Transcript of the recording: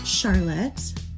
Charlotte